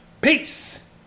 Peace